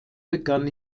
begann